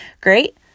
great